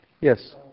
Yes